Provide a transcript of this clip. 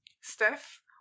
Steph